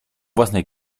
własnej